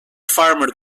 farmer